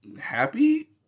happy